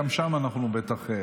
גם שם אנחנו בטח,